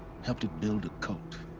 helped it build a cult.